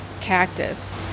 cactus